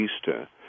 Easter